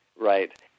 Right